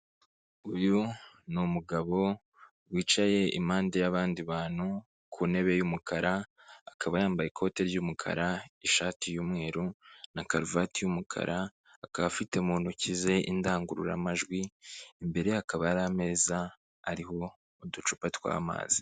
Uyu ni umugabo wicaye impande y'abandi bantu ku ntebe y'umukara, akaba yambaye ikoti ry'umukara ishati y'umweru na karuvati y'umukara, akaba afite mu ntoki ze indangururamajwi, imbere ye hakaba hari ameza ariho uducupa tw'amazi.